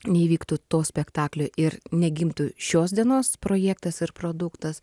neįvyktų to spektaklio ir negimtų šios dienos projektas ar produktas